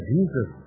Jesus